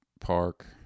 park